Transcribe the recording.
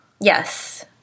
Yes